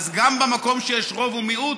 גם במקום שיש רוב ומיעוט,